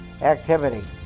activity